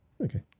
Okay